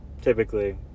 typically